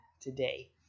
today